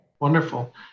Wonderful